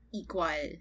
equal